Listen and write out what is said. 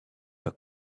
pas